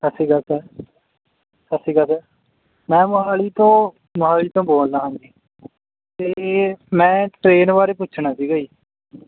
ਸਤਿ ਸ਼੍ਰੀ ਅਕਾਲ ਸਰ ਸਤਿ ਸ਼੍ਰੀ ਅਕਾਲ ਸਰ ਮੈਂ ਮੋਹਾਲੀ ਤੋਂ ਮੋਹਾਲੀ ਤੋਂ ਬੋਲਦਾ ਹਾਂਜੀ ਅਤੇ ਮੈਂ ਟ੍ਰੇਨ ਬਾਰੇ ਪੁੱਛਣਾ ਸੀਗਾ ਜੀ